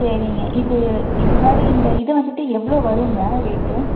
சரிங்க இது இது மாதிரி இந்த இது வந்துட்டு எவ்வளோ வருங்க ரேட்டு